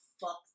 fuck